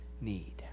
need